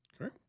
Okay